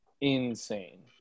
insane